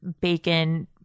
bacon